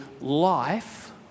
life